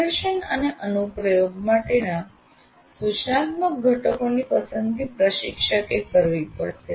નિદર્શન અને અનુપ્રયોગ માટેના સૂચનાત્મક ઘટકોની પસંદગી પ્રશિક્ષકે કરવી પડશે